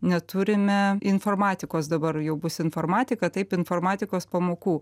neturime informatikos dabar jau bus informatika taip informatikos pamokų